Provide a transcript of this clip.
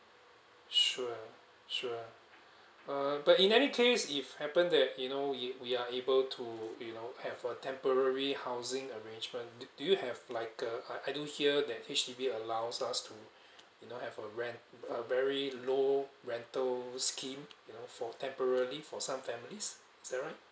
sure sure uh but in any case if happen that you know we we are able to you know have a temporary housing arrangement do do you have like a I I do hear that H_D_B allows us to you know have a ren~ a very low rental scheme you know for temporary for some families is that right